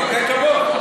תן כבוד.